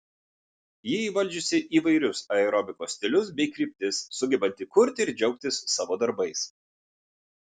ji įvaldžiusi įvairius aerobikos stilius bei kryptis sugebanti kurti ir džiaugtis savo darbais